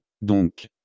Donc